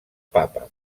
papa